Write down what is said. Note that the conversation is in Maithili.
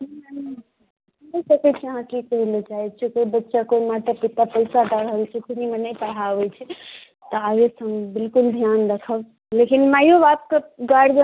ह्म्म सोचि सकै छी अहाँ की कहय लेल चाहै छी अहाँकेँ कोइ बच्चाके माता पिता पैसा दऽ रहल छै फ्रीमे नहि पढ़ाबै छै तऽ आगेसँ हम बिल्कुल ध्यान राखब लेकिन मायो बापके गार्जियन